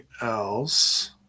else